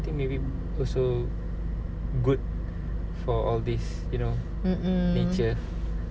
I think maybe also good good for all these you know nature